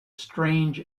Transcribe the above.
strange